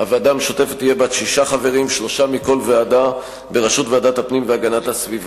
הודעת ליושב-ראש ועדת הכנסת, בבקשה.